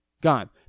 Gone